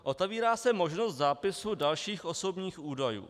Otevírá se možnost zápisu dalších osobních údajů.